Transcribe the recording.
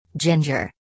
Ginger